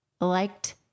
liked